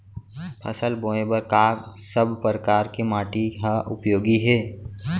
फसल बोए बर का सब परकार के माटी हा उपयोगी हे?